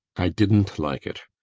i didn't like it.